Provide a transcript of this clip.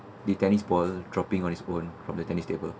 the tennis ball dropping on its own from the tennis table